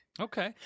Okay